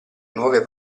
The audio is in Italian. nuove